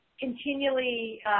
continually